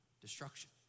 destruction